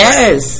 Yes